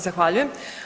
Zahvaljujem.